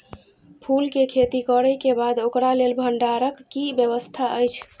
फूल के खेती करे के बाद ओकरा लेल भण्डार क कि व्यवस्था अछि?